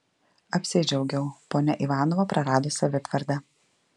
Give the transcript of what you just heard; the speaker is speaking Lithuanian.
apsidžiaugiau ponia ivanova prarado savitvardą